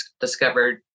discovered